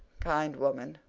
kind woman,